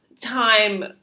time